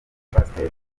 ubupasitori